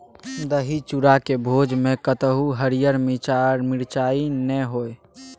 दही चूड़ाक भोजमे कतहु हरियर मिरचाइ नै होए